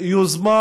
יוזמה